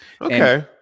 Okay